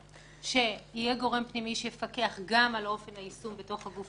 - יהיה גורם פנימי שיפקח גם על אופן היישום בתוך הגוף